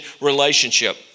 relationship